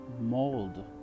mold